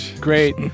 Great